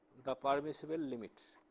the permissible limits,